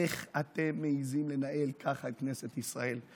איך אתם מעיזים לנהל ככה את כנסת ישראל?